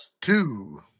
Two